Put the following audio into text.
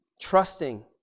trusting